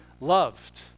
loved